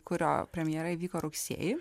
kurio premjera įvyko rugsėjį